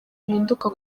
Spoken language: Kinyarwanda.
bihinduka